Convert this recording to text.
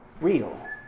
real